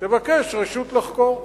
תבקש רשות לחקור.